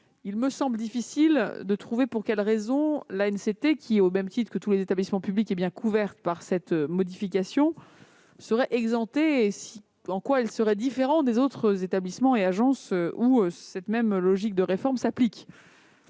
Il me semble difficile de trouver pour quelles raisons l'ANCT, qui, au même titre que tous les établissements publics, est bien couverte par cette disposition, en serait exemptée et en quoi elle serait différente des autres établissements et agences où cette même logique de réforme s'applique.